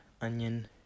onion